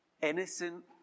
innocent